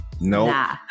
No